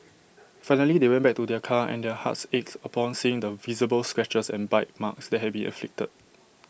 finally they went back to their car and their hearts ached upon seeing the visible scratches and bite marks that had been inflicted